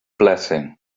blessing